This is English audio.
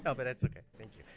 ah but it's okay, thank you.